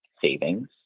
savings